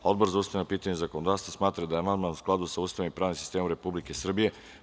Odbor za ustavna pitanja i zakonodavstvo smatra da je amandman u skladu sa Ustavom i pravnim sistemom Republike Srbije.